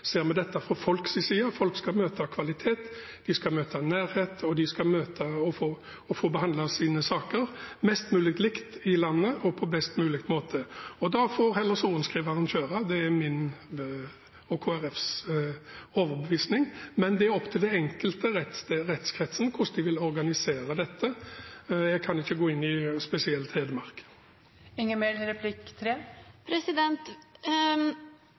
ser vi dette fra folks side. Folk skal møte kvalitet, de skal møte nærhet, og de skal få behandlet sine saker mest mulig likt i landet og på best mulig måte. Da får heller sorenskriveren kjøre, det er min og Kristelig Folkepartis overbevisning. Men det er opp til den enkelte rettskretsen hvordan de vil organisere dette. Jeg kan ikke gå inn på Hedmark spesielt.